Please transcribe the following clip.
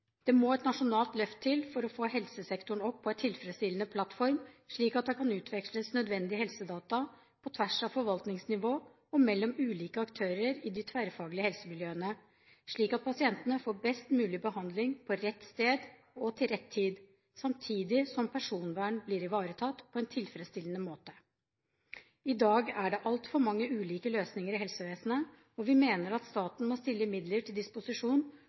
Det må et nasjonalt løft til for å få helsesektoren opp på en tilfredsstillende plattform, slik at det kan utveksles nødvendige helsedata på tvers av forvaltningsnivå og mellom ulike aktører i de tverrfaglige helsemiljøene, slik at pasientene får best mulig behandling på rett sted og til rett tid, samtidig som personvern blir ivaretatt på en tilfredsstillende måte. I dag er det altfor mange ulike løsninger i helsevesenet, og vi mener at staten må stille midler til disposisjon